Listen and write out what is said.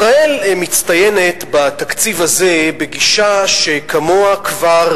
ישראל מצטיינת בתקציב הזה בגישה שכמוה כבר